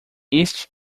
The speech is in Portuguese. este